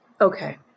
Okay